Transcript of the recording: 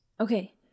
Okay